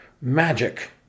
magic